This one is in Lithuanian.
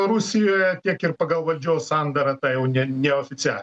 rusijoje kiek ir pagal valdžios sandarą tą jau ne neoficialią